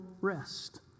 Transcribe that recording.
rest